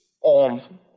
on